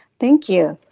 thank you.